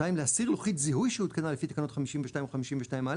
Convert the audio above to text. להסיר לוחית זיהוי שהותקנה לפי תקנות 52 או 52א,